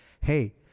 Hey